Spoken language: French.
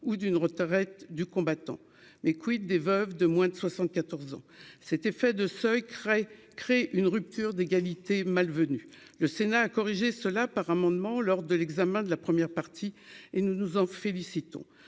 ou d'une retraite du combattant mais quid des veuves de moins de 74 ans, cet effet de seuil crée crée une rupture d'égalité malvenu, le Sénat a corrigé cela par amendement lors de l'examen de la première partie et nous nous en félicitons